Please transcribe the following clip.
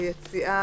היציאה.